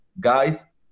guys